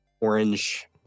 orange